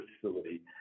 facility